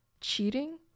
cheating